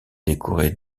décorés